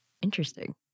Interesting